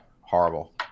horrible